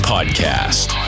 Podcast